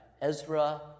Ezra